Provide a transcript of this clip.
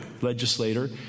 legislator